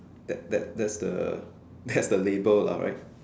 that that that's the label lah right